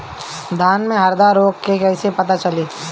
धान में हरदा रोग के कैसे पता चली?